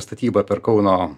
statyba per kauno